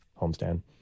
homestand